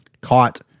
caught